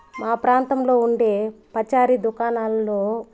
మా ప్రాంతంలో ఉండే పచారీ దుకాణాలలో